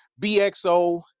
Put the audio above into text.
BXO